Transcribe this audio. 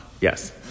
Yes